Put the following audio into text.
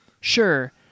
Sure